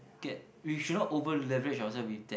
get we should not over leverage ourselves with that